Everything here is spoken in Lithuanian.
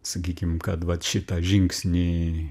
sakykim kad vat šitą žingsnį